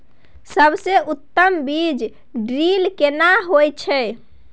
सबसे उत्तम बीज ड्रिल केना होए छै?